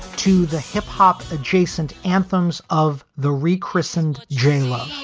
to the hip hop adjacent anthems of the rechristened jayla